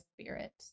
spirit